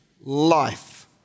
life